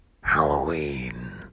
Halloween